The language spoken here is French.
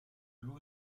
loup